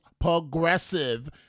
progressive